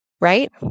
right